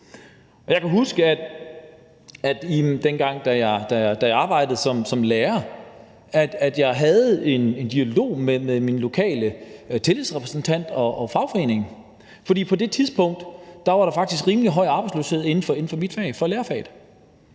lærer, havde jeg en dialog med min lokale tillidsrepræsentant og fagforening. På det tidspunkt var der faktisk ret høj arbejdsløshed inden for mit fag, inden for lærerfaget,